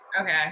Okay